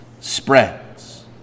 spreads